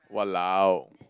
!walao!